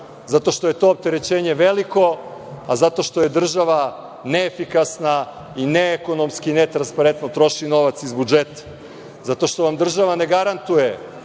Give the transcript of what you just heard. zato što je to opterećenje veliko, a zato što je država neefikasna i neekonomski netransparentno troši novac iz budžeta, zato što vam država ne garantuje